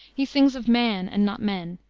he sings of man and not men,